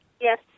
Yes